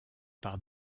par